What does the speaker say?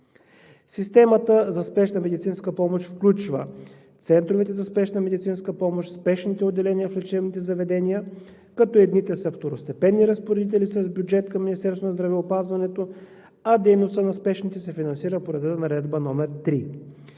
Системата за спешна медицинска помощ включва центровете за спешна медицинска помощ, спешните отделения в лечебните заведения, като едните са второстепенни разпоредители с бюджет към Министерството на здравеопазването, а дейността на спешните се финансира по реда на Наредба № 3.